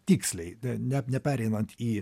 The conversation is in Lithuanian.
tiksliai net nepereinant į